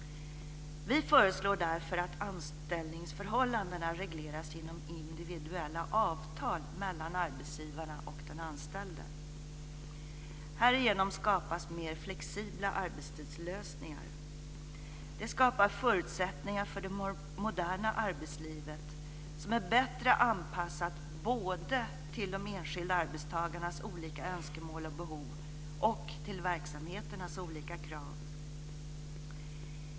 Vi föreslår därför att anställningsförhållandena regleras genom individuella avtal mellan arbetsgivaren och den anställde. Härigenom skapas mer flexibla arbetstidslösningar. Det skapar förutsättningar för det moderna arbetslivet som är bättre anpassat både till de enskilda arbetstagarnas olika önskemål och behov och till verksamheternas olika krav.